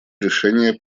решение